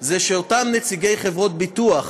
הוא שאותם נציגי חברות ביטוח,